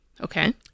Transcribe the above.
okay